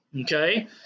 Okay